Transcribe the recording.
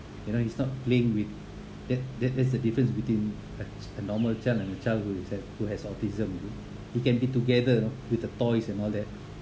you know he's not playing with that that that's the difference between a c~ a normal child and a child who has who has autism he can be together with the toys and all that